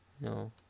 no